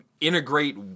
integrate